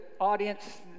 audience